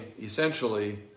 essentially